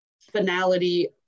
finality